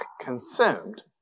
consumed